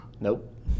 Nope